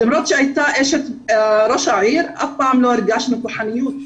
למרות שהייתה אשת ראש העיר אף פעם לא הרגשנו כוחניות,